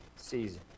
season